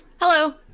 Hello